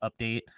update